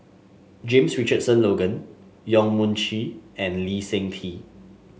James Richardson Logan Yong Mun Chee and Lee Seng Tee